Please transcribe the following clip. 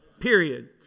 Period